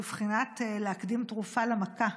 בבחינת להקדים תרופה למכה.